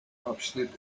abschnitt